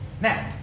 Now